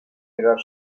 mirar